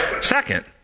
Second